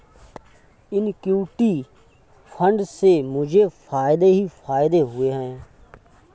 equity fund से मुझे फ़ायदे ही फ़ायदे हुए हैं